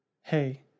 Hey